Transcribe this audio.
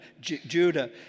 Judah